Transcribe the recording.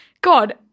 God